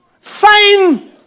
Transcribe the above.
Fine